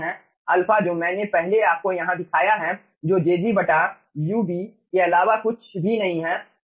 α जो मैंने पहले आपको यहाँ दिखाया है जो jg ub के अलावा कुछ भी नहीं है